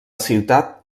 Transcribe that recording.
ciutat